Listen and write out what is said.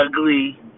ugly